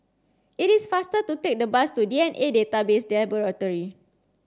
it is faster to take the bus to D N A Database Laboratory